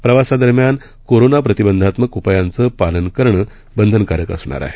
प्रवासादरम्यान कोरोना प्रतिबंधात्मक उपायांचं पालन करणं बंधनकारक असणार आहे